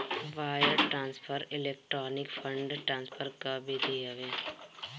wire transfer electronic fund transfer कअ विधि हवे